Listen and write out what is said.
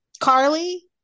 carly